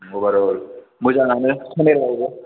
अभार'ल मोजांआनो केमेरायाबो